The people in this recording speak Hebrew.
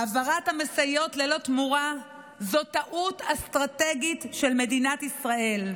העברת המשאיות ללא תמורה זו טעות אסטרטגית של מדינת ישראל.